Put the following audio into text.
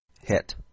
Hit